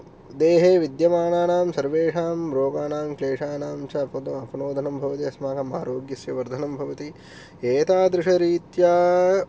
देहे विद्यमानानां सर्वेषां रोगाणां क्लेषानाञ्च भवति अस्माकं आरोग्यस्य वर्धनं भवति एतादृशरीत्या